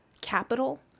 capital